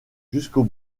jusqu’au